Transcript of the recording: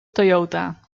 toyota